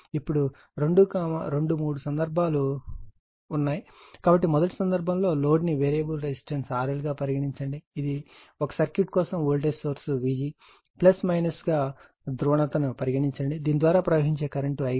ఇప్పుడు 2 3 సందర్భాలు 3 సందర్భాలు ఉన్నాయి కాబట్టి మొదటి సందర్భంలో లోడ్ ని వేరియబుల్ రెసిస్టెన్స్ RL గా పరిగణించండి ఇది ఒక సర్క్యూట్ కోసం వోల్టేజ్ సోర్స్ Vg ధ్రువణత గా పరిగణించండి దీని ద్వారా ప్రవహించే కరెంటు I గా గుర్తించబడింది